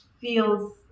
feels